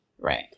Right